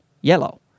yellow